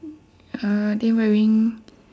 are they wearing